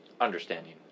understanding